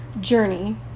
journey